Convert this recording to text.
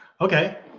Okay